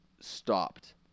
stopped